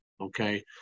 okay